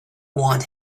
want